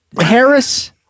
Harris